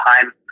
time